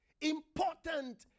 important